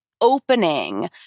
opening